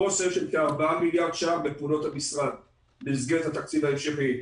חוסר של כ-4 מיליארד ש"ח בפעולות המשרד במסגרת התקציב ההמשכי.